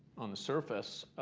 on the surface,